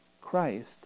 Christ